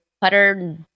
putter